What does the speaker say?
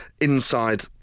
inside